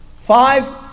Five